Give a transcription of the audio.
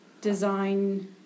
design